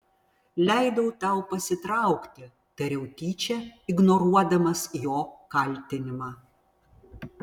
leidau tau pasitraukti tariau tyčia ignoruodamas jo kaltinimą